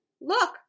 look